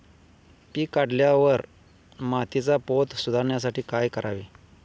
पीक काढल्यावर मातीचा पोत सुधारण्यासाठी काय करावे?